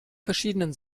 verschiedenen